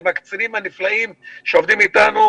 עם הקצינים הנפלאים שעובדים אתנו.